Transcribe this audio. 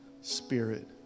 spirit